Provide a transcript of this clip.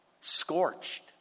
Scorched